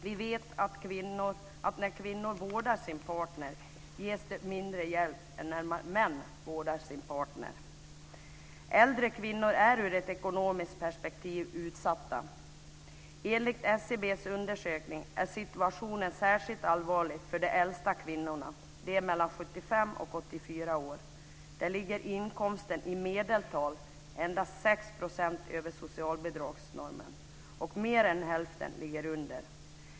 Vi vet att när kvinnor vårdar sin partner ges det mindre hjälp än när män vårdar sin partner. Äldre kvinnor är ur ett ekonomiskt perspektiv utsatta. Enligt SCB:s undersökning är situationen särskilt allvarlig för de äldsta kvinnorna, de som är mellan 75 och 84 år, där inkomsten i medeltal ligger endast 6 % över socialbidragsnormen, och mer än hälften ligger under.